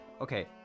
okay